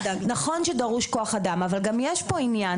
נכון שדרוש כוח אדם אבל גם יש פה עניין